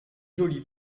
joli